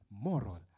moral